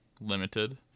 limited